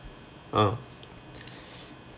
uh